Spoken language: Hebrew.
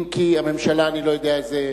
אם כי הממשלה, אני לא יודע איזה,